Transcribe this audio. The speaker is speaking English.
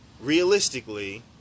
realistically